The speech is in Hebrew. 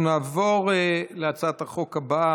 אנחנו נעבור להצעת החוק הבאה,